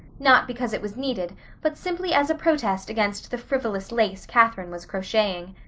not because it was needed but simply as a protest against the frivolous lace catherine was crocheting.